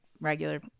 regular